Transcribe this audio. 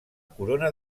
corona